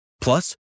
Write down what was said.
Plus